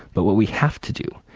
but what we have to do.